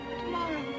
tomorrow